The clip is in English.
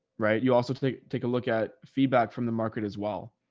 right? you also take take a look at feedback from the market as well.